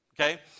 okay